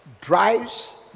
drives